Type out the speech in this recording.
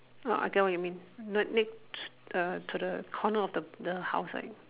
orh I get what you mean ne~ next err to the corner of the the house side